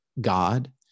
God